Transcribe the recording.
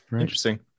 Interesting